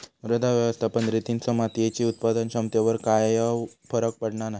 मृदा व्यवस्थापन रितींचो मातीयेच्या उत्पादन क्षमतेवर कायव फरक पडना नाय